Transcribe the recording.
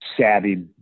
savvy